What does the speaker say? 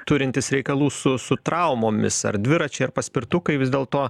turintys reikalų su su traumomis ar dviračiai paspirtukai vis dėl to